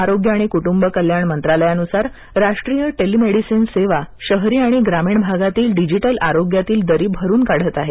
आरोग्य आणि कुटुंब कल्याण मंत्रालयानुसार राष्ट्रीय टेलिमेडीसीन सेवा शहरी आणि ग्रामीण भारतातील डिजिटल आरोग्यातील दरी भरुन काढत आहे